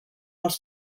els